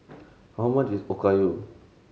how much is Okayu